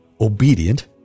obedient